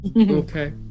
okay